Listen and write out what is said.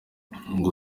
ngo